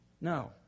No